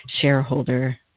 shareholder